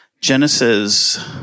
Genesis